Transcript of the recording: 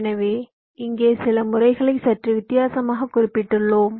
எனவே இங்கே சில முறைகளை சற்று வித்தியாசமாகக் குறிப்பிட்டுள்ளோம்